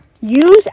use